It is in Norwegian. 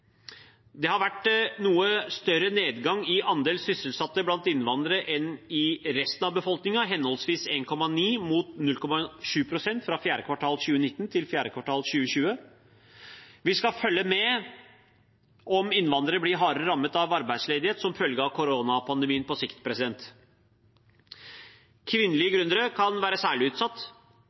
Det har vært noe større nedgang i andel sysselsatte blant innvandrere enn i resten av befolkningen, henholdsvis 1,9 mot 0,7 prosentpoeng fra 4. kvartal 2019 til 4. kvartal 2020. Vi skal følge med på om innvandrere blir hardere rammet av arbeidsledighet som følge av koronapandemien på sikt. Kvinnelige gründere kan være særlig utsatt: